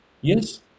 Yes